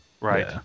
Right